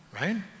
right